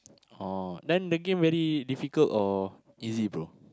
oh then the game very difficult or easy bro